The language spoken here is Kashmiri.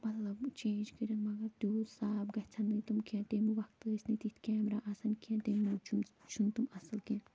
مطلب چینج کٔرِتھ مگر تیٛوٗت صاف گَژھان نہٕ تِم کیٚنٛہہ تَمہِ وَقتہٕ ٲسۍ نہٕ تِتھۍ کیمرا آسان کیٚنٛہہ تَمہِ موجوٗب چھُ چھُنہٕ تِم اَصٕل کیٚنٛہہ